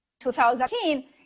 2018